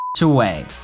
Away